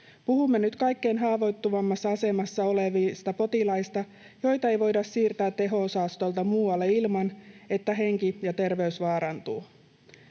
Puhumme nyt kaikkein haavoittuvimmassa asemassa olevista potilaista, joita ei voida siirtää teho-osastolta muualle ilman, että henki ja terveys vaarantuvat.